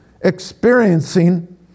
experiencing